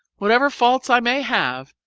whatever faults i may have,